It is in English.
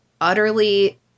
utterly